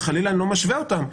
ואיני משווה אותם,